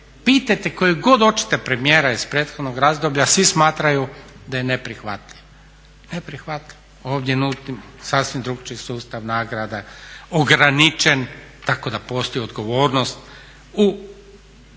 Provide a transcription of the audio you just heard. pitajte kojeg god hoćete premijera iz prethodnog razdoblja svi smatraju da je neprihvatljivo. Ovdje je … sasvim drukčiji sustav nagrada, ograničen, tako da postoji odgovornost u